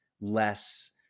less